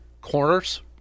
corners